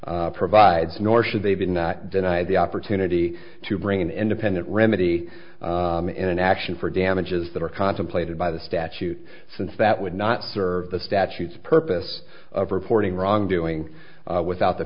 e provides nor should they be denied the opportunity to bring an independent remedy in an action for damages that are contemplated by the statute since that would not serve the statutes purpose of reporting wrongdoing without the